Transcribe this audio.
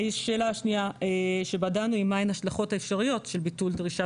השאלה השנייה שבה דנו היא מהן ההשלכות האפשריות של ביטול דרישה